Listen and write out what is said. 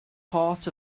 part